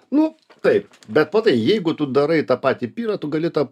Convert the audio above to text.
nu taip bet matai jeigu tu darai tą patį pyrą tu gali tap